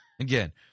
Again